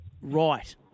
right